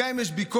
גם אם יש ביקורת,